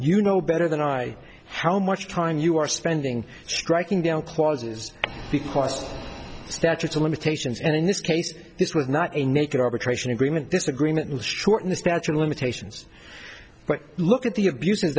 you know better than i how much time you are spending striking down clauses because the statute of limitations and in this case this was not a naked arbitration agreement this agreement will shorten the statute of limitations but look at the abuses